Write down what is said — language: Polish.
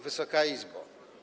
Wysoka Izbo!